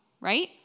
right